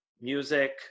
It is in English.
music